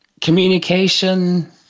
communication